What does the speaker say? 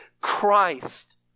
Christ